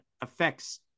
affects